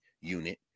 unit